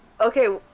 Okay